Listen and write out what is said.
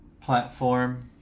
platform